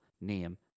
name